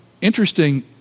Interesting